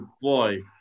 boy